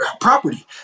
property